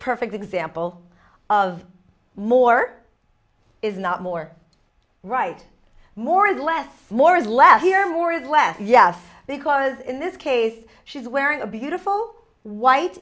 perfect example of more is not more right more and less more is less here more is less yes because in this case she's wearing a beautiful white